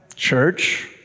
Church